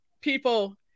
people